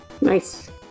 Nice